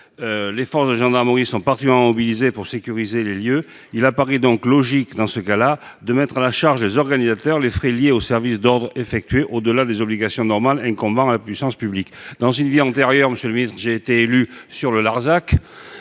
Les forces de gendarmerie sont particulièrement mobilisées pour sécuriser les lieux. Il apparaît donc logique dans ce cas de mettre à la charge des organisateurs les frais liés aux services d'ordre effectués au-delà des obligations normales incombant à la puissance publique. Dans une vie antérieure, monsieur le secrétaire d'État, j'ai été élu dans le Larzac.